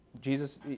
Jesus